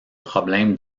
problèmes